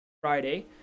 friday